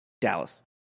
Dallas